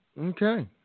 Okay